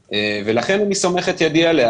ולכן אני סומך את ידי עליה,